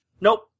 Nope